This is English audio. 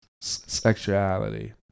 sexuality